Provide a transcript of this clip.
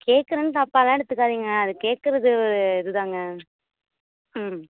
கேட்குறேன்னு தப்பாயெலாம் எடுத்துக்காதீங்க அது கேட்குறது இதுதாங்க ம்